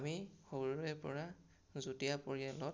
আমি সৰুৰে পৰা যুটীয়া পৰিয়ালত